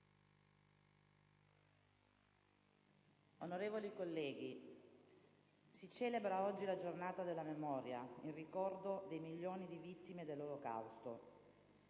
Onorevoli colleghi, si celebra oggi la Giornata della Memoria in ricordo dei milioni di vittime dell'Olocausto.